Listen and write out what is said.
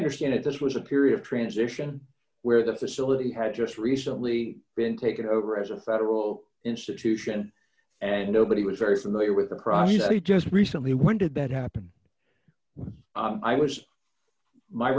understand it this was a period of transition where the facility had just recently been taken over as a federal institution and nobody was very familiar with the problem you know you just recently when did that happen i was my